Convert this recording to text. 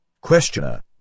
Questioner